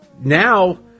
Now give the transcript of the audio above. now